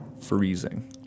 freezing